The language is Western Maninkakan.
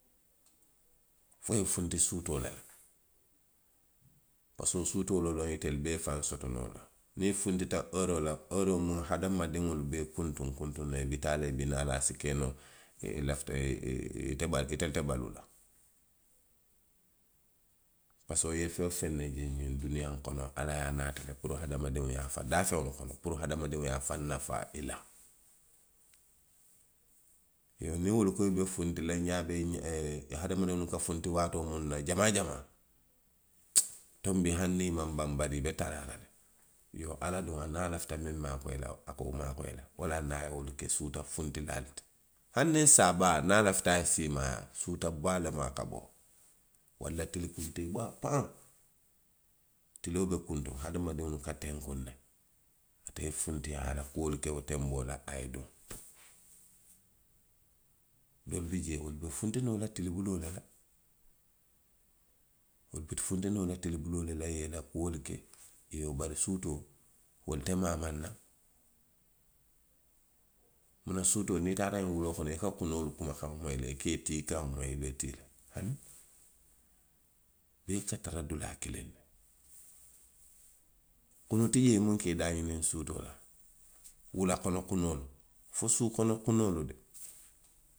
Fo i ye funti suutoo la. Parisiko suutoo la loŋ i be ifaŋ soto noo la; niŋ i funtita ooroo la, ooroo miŋ hadamadiŋolu be kuntuŋ kuntuŋ na, i bi taa la, i bi naa la, a si ke noo, i lafita ee, ee, itelu te, itelu te baluu la. Parisiko i ye feŋ woo feŋ je ňiŋ duniyaa kono ala ye a naati puru hadamadiŋo ye a faa, daafeŋo loŋ fo hadamadiŋo ye a faa, a ye afaŋ nafa i la. Niŋ i be funti la, i ňaa be, hadamadiŋolu ka funti waatoo miŋ na, jamaa jama. tonbi hani i maŋ baŋ, bari i be talaa la le. Iyoo, ala duŋ, niŋ a lafita miŋ maakoyi la, a ka wo maakoyi le. Wolaŋ na a ye wolu ke suuta funtilaalu ti, hani ňiŋ saa baa, niŋ a lafita a ye siimaayaa, suuta baa lemu a ka bo, walla tili kuntee baa paŋ. Tiloo be kunto, hadamadiŋo be saatee ňiniŋ na, ate ye funti, a ye a la kuolu bee ke wo tenboo la a ye duŋ. Doolu bi jee, wolu be funti noo la tili buloo la. I ye i la kuolu ke, bari suutoo, wolu te maamaŋ na; munaŋ suutoo, niŋ i taata ňiŋ wuloo kono, i ka kunoo maakaŋo moyi le, i ye i tii kaŋo moyi. i ka tii. Bari i se tara dulaa kiliŋ, kunu ti jee miŋ ka i daaňiniŋ suutoo la, wula kono kunoo, fo suu kono kunoo de.